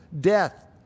death